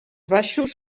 baixos